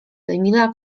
emila